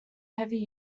heavy